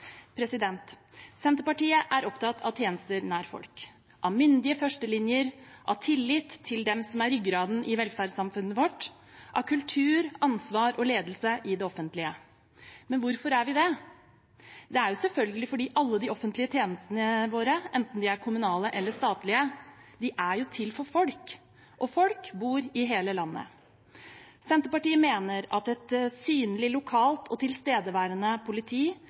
Senterpartiet er opptatt av tjenester nær folk, av myndige førstelinjer, av tillit til dem som er ryggraden i velferdssamfunnet vårt, av kultur, ansvar og ledelse i det offentlige. Men hvorfor er vi det? Det er selvfølgelig fordi alle de offentlige tjenestene våre, enten de er kommunale eller statlige, jo er til for folk, og folk bor i hele landet. Senterpartiet mener at et synlig lokalt og tilstedeværende politi